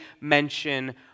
mention